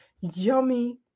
yummy